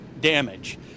damage